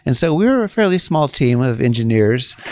and so we were a fairly small team of engineers.